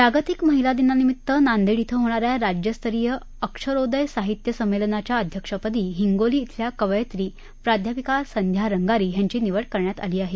जागतिक महिला दिनानिभित्त नांदेड धिं होणाऱ्या राज्यस्तरीय अक्षरोदय साहित्य संमेलनाच्या अध्यक्षपदी हिंगोली धिल्या कवयित्री प्राध्यापक संध्या रंगारी यांची निवड करण्यात आली आहे